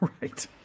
Right